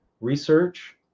research